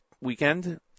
weekend